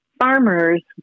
farmers